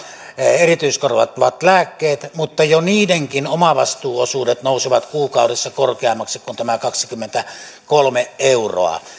erityiskorvattavat lääkkeet mutta jo niidenkin omavastuuosuudet nousevat kuukaudessa korkeammaksi kuin tämä kaksikymmentäkolme euroa